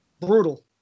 Brutal